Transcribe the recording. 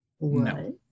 No